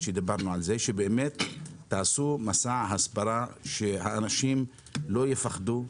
שתעשו מסע הסברה כדי שאנשים לא יפחדו.